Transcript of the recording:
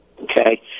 Okay